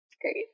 Great